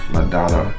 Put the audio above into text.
Madonna